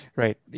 right